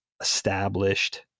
established